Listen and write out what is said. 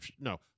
No